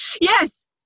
Yes